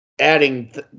adding